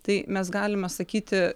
tai mes galime sakyti